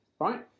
right